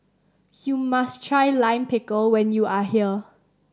you must try Lime Pickle when you are here